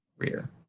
career